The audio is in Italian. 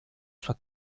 sua